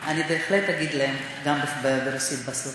אני בהחלט אגיד להם גם ברוסית בסוף.